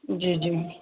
جی جی